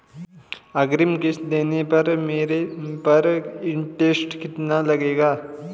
अग्रिम किश्त देने पर मेरे पर इंट्रेस्ट कितना लगेगा?